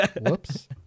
Whoops